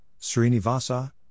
Srinivasa